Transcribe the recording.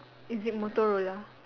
is it Motorola